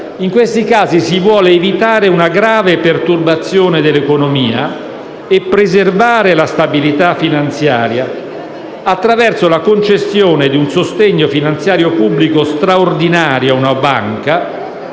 in questi casi si vuole evitare una grave perturbazione dell'economia e preservare la stabilità finanziaria attraverso la concessione di un sostegno finanziario pubblico straordinario a una banca,